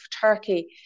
Turkey